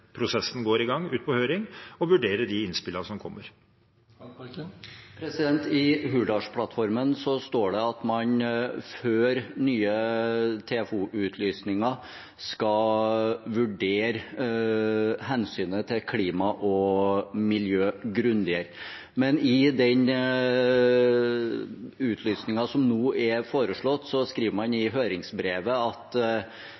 prosessen går i gang, ut på høring og vurdere de innspillene som kommer. I Hurdalsplattformen står det at man før nye TFO-utlysninger skal vurdere hensynet til klima og miljø grundigere, men i den utlysningen som nå er foreslått, skriver man